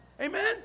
Amen